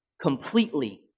completely